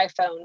iPhone